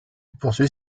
poursuit